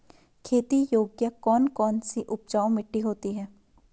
खेती योग्य कौन कौन सी उपजाऊ मिट्टी होती है?